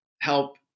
help